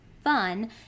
fun